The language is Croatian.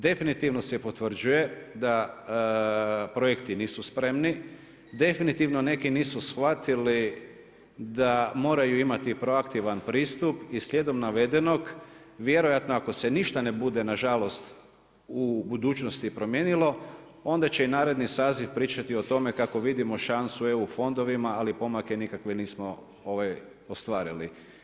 Definitivno se potvrđuje da projekti nisu spremni, definitivno neki nisu shvatili da moraju imati proaktivan pristup i slijedom navedenog vjerojatno ako se ništa ne bude nažalost u budućnosti promijenilo onda će i naredni saziv pričati o tome kako vidimo šansu u EU fondovima ali pomake nikakve nismo ostvarili.